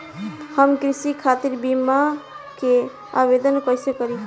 हम कृषि खातिर बीमा क आवेदन कइसे करि?